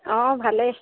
অঁ ভালেই